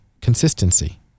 consistency